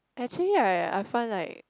actually right I find like